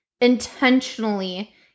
intentionally